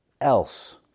else